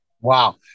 Wow